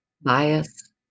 bias